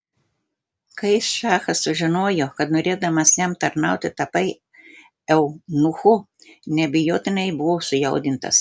kai šachas sužinojo kad norėdamas jam tarnauti tapai eunuchu neabejotinai buvo sujaudintas